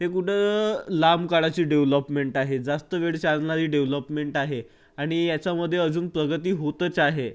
ते कुठं लांब काळाची डेव्हलॉपमेंट आहे जास्त वेळ चालणारी डेव्हलॉपमेंट आहे आणि याच्यामध्ये अजून प्रगती होतच आहे